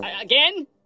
Again